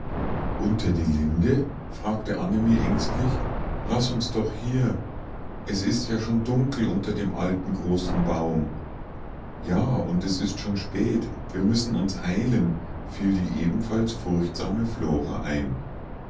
unter die linde fragte annemie ängstlich laß uns doch hier es ist ja schon dunkel unter dem alten großen baum ja und es ist schon spät wir müssen uns eilen fiel die ebenfalls furchtsame flora ein